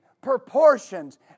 proportions